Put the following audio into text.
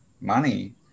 money